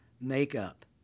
makeup